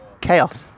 chaos